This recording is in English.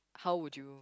how would you